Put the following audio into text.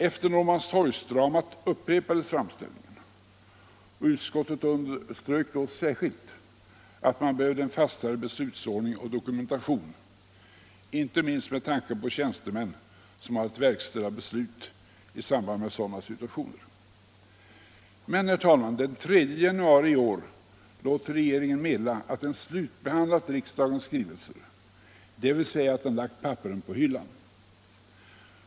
Efter Norrmalmstorgsdramat upprepades framställningen, och utskottet underströk då särskilt vikten av en fastare beslutsordning och dokumentation, inte minst med tanke på de tjänstemän som har att verkställa beslut i samband med extraordinära situationer. Men, herr talman, den 3 januari i år låter regeringen meddela att den har slutbehandlat riksdagsskrivelserna, dvs. att den har lagt papperen på hyllan.